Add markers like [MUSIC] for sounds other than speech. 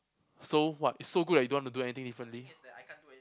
so what it's so good that you don't want to do anything differently [NOISE]